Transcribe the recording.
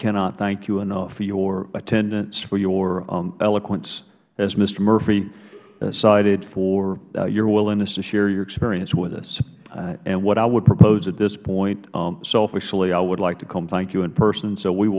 cannot thank you enough for your attendance for your eloquence as mister murphy cited for your willingness to share your experience with us what i would propose at this point selfishly i would like to come thank you in person so we